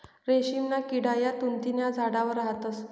रेशीमना किडा या तुति न्या झाडवर राहतस